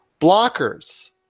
Blockers